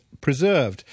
preserved